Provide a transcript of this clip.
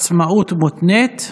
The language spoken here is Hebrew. עצמאות מותנית),